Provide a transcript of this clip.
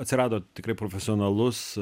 atsirado tikrai profesionalus